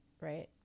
right